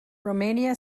romania